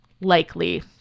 likely